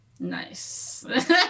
Nice